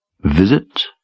Visit